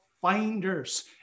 finders